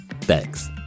Thanks